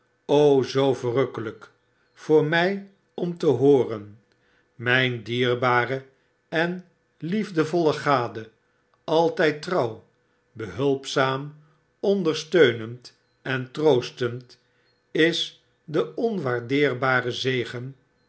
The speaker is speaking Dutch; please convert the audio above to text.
o zoo verrukkelijk voor mij om te hooren myn dierbare en liefdevolle gade altyd trouw behulpzaam ondersteunend en troostend is de onwaardeerbare zegen